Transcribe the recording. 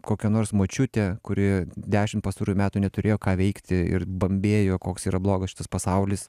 kokia nors močiutė kuri dešim pastarųjų metų neturėjo ką veikti ir bambėjo koks yra blogas šitas pasaulis